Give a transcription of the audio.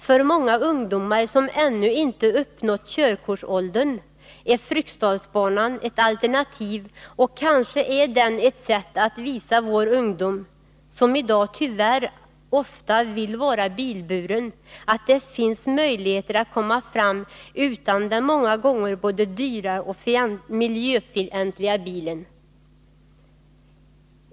För många ungdomar som ännu inte har uppnått körkortsåldern är Fryksdalsbanan också ett alternativ. Kanske är den ett sätt att visa vår ungdom, som i dag tyvärr ofta vill vara bilburen, att det finns möjligheter att komma fram utan den många gånger både dyra och miljöfientliga bilen.